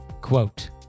quote